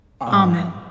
Amen